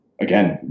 again